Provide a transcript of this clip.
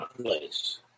place